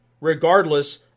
Regardless